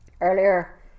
earlier